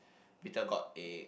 bittergourd egg